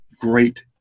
great